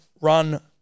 run